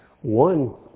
one